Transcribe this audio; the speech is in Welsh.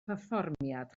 perfformiad